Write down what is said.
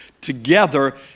together